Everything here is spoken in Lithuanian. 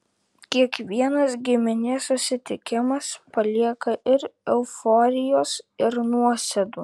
kiekvienas giminės susitikimas palieka ir euforijos ir nuosėdų